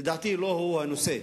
לדעתי, לא הוא הנושא.